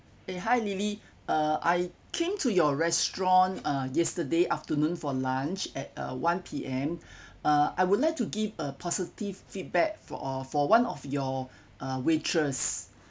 eh hi lily uh I came to your restaurant uh yesterday afternoon for lunch at uh one P_M uh I would like to give a positive feedback for o~ for one of your waitress